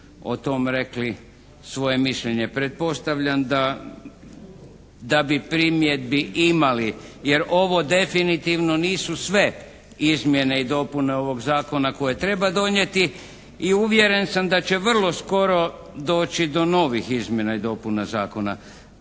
o tom rekli svoje mišljenje. Pretpostavljam da bi primjedbi imali jer ovo definitivno nisu sve izmjene i dopune ovog zakona koje treba donijeti i uvjeren sam da će vrlo skoro doći do novih izmjena i dopuna zakona.